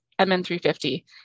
MN350